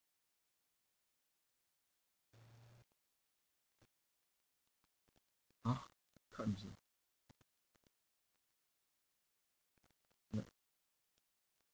!huh! cut himself like